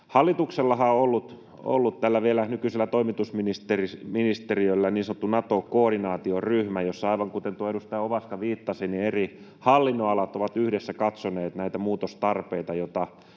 Hallituksellahan on ollut, tällä vielä nykyisellä toimitusministeristöllä, niin sanottu Nato-koordinaatioryhmä, jossa — aivan kuten edustaja Ovaska viittasi — eri hallinnonalat ovat yhdessä katsoneet näitä muutostarpeita, joita